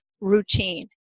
routine